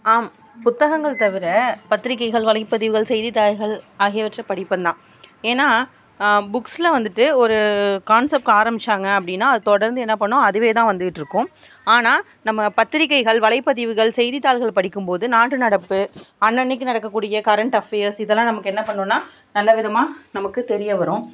ஆம் புத்தகங்கள் தவிர பத்திரிகைகள் வலைப்பதிவுகள் செய்தித்தாள்கள் ஆகியவற்றை படிப்பேன் தான் ஏன்னா புக்ஸில் வந்துவிட்டு ஒரு கான்செப்ட் ஆரம்பிச்சாங்க அப்படினா அது தொடர்ந்து என்ன பண்ணும் அதுவே தான் வந்துவிட்டு இருக்கும் ஆனால் நம்ம பத்திரிகைகள் வலைப்பதிவுகள் செய்தித்தாள்கள் படிக்கும் போது நாட்டு நடப்பு அன்னன்னைக்கு நடக்கக்கூடிய கரெண்ட் அஃபயர்ஸ் இதெல்லாம் நமக்கு என்ன பண்ணும்னா நல்ல விதமாக நமக்கு தெரிய வரும்